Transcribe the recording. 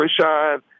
Rashad